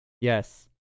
Yes